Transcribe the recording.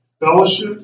Fellowship